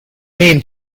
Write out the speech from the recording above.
mean